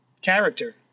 character